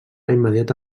immediata